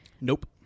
Nope